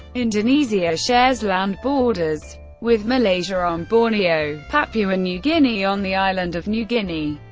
indonesia shares land borders with malaysia on borneo, papua new guinea on the island of new guinea,